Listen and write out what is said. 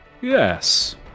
Yes